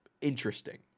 interesting